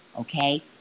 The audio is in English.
okay